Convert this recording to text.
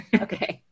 Okay